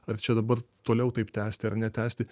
ar čia dabar toliau taip tęsti ar netęsti